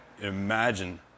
Imagine